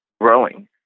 growing